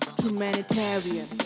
humanitarian